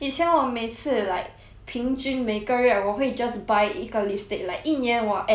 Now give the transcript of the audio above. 平均每个月我会 just buy 一个 lipstick like 一年我 at least 会有两三只的 leh